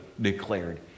declared